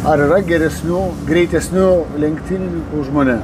ar yra geresnių greitesnių lenktynininkų už mane